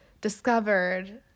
discovered